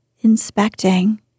inspecting